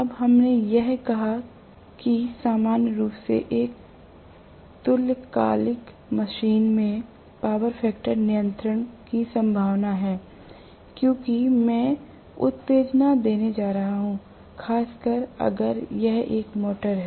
अब हमने यह भी कहा कि सामान्य रूप से एक तुल्यकालिक मशीन में पावर फैक्टर नियंत्रण की संभावना है क्योंकि मैं उत्तेजना देने जा रहा हूं खासकर अगर यह एक मोटर है